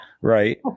Right